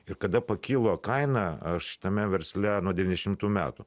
ir kada pakilo kaina aš tame versle nuo devyniasdešimtų metų